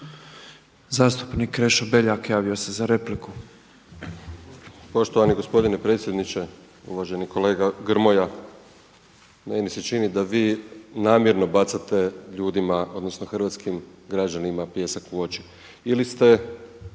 Zastupnik Krešo Beljak javio se za repliku.